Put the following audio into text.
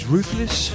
Ruthless